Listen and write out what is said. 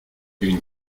une